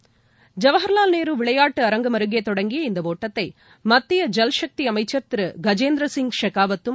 ஐவஹர்வால் நேரு விளையாட்டு அரங்கம் அருகே தொடங்கிய இந்த ஒட்டத்தை மத்திய ஜல்சக்தி அமைச்சர் திரு கஜேந்திரசிங் ஷெகாவத்தும்